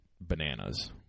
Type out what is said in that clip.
bananas